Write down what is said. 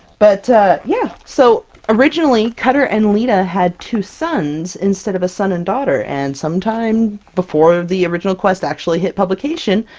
but yeah so originally, cutter and leetah had two sons, instead of a son and daughter, and some time before the original quest actually hit publication,